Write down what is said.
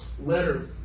letter